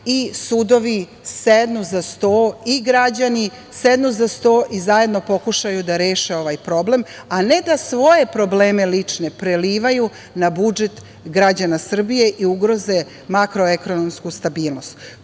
i sudovi sednu za sto i građani sednu za sto i zajedno pokušaju da reše ovaj problem, a ne da svoje probleme lične prelivaju na budžet građana Srbije i ugroze makroekonomsku stabilnost. To